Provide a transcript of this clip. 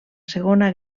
segona